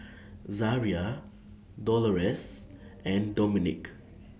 Zaria Dolores and Dominick